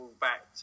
Back